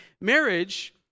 Marriage